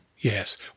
Yes